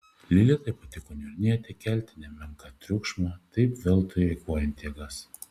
lilitai patiko niurnėti kelti nemenką triukšmą taip veltui eikvojant jėgas